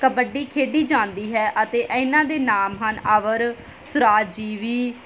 ਕਬੱਡੀ ਖੇਡੀ ਜਾਂਦੀ ਹੈ ਅਤੇ ਇਹਨਾਂ ਦੇ ਨਾਮ ਹਨ ਅਵਰ ਸੁਰਾਜੀਵੀ